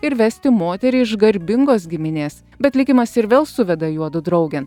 ir vesti moterį iš garbingos giminės bet likimas ir vėl suveda juodu draugėn